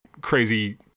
crazy